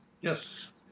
Yes